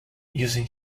using